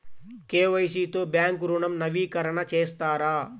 KYC తో bank ఋణం నవీకరణ చేస్తారా?